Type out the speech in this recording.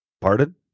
Pardon